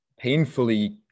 painfully